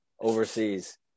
overseas